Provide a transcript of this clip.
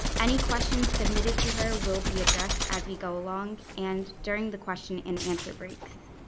any questions submitted to her will be addressed as we go along and during the question and answer breaks.